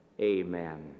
Amen